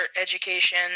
education